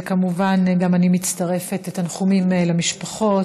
וכמובן גם אני מצטרפת בתנחומים למשפחות,